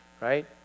right